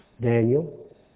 Daniel